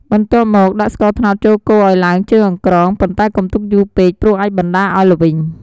បន្ទាប់មកដាក់ស្ករត្នោតចូលកូរឱ្យឡើងជើងអង្រ្កង ប៉ុន្តែកុំទុកយូរពេកព្រោះអាចបណ្តាលឱ្យល្វីង។